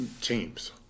teams